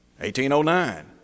1809